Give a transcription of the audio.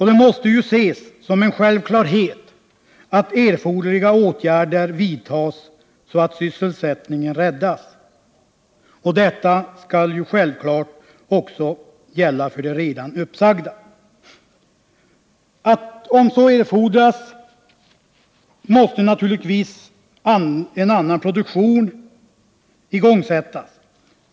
Det måste därför ses som en självklarhet att erforderliga åtgärder vidtas så att sysselsättningen räddas — givetvis också för de redan uppsagda. Om så erfordras måste en annan produktion igångsättas.